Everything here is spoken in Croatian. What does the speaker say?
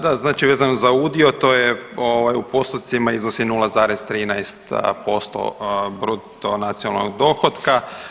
Da, znači vezano za udio to je ovaj u postocima iznosi 0,13% bruto nacionalnog dohotka.